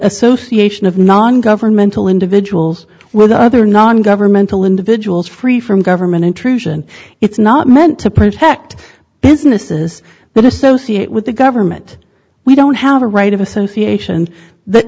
association of nongovernmental individuals with other non governmental individuals free from government intrusion it's not meant to protect businesses but associate with the government we don't have a right of association th